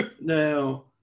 Now